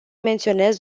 menționez